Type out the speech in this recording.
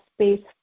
space